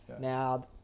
Now